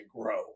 grow